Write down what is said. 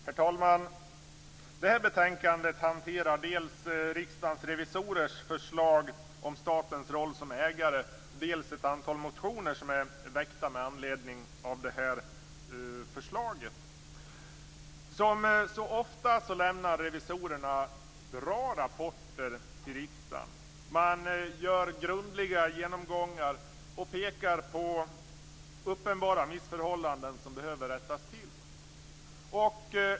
Herr talman! Det här betänkandet hanterar dels Riksdagens revisorers förslag om statens roll som ägare, dels ett antal motioner som är väckta med anledning av förslaget. Som så ofta lämnar revisorerna bra rapporter till riksdagen. De gör grundliga genomgångar och pekar på uppenbara missförhållanden som behöver rättas till.